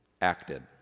acted